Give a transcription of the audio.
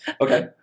Okay